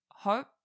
hope